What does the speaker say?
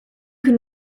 can